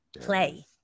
play